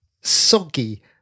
soggy